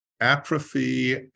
atrophy